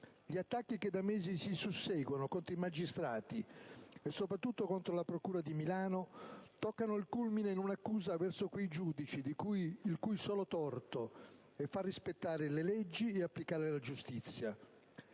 Gli attacchi che da mesi si susseguono contro i magistrati, e soprattutto contro la Procura di Milano, toccano il culmine con un'accusa verso quei giudici il cui solo torto è di far rispettare le leggi e applicare la giustizia.